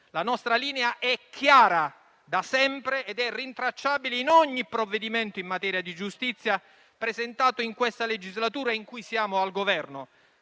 La nostra linea è chiara da sempre ed è rintracciabile in ogni provvedimento in materia di giustizia presentato in questa legislatura in cui siamo al Governo